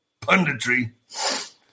punditry